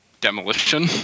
demolition